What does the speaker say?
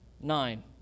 Nine